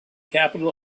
capital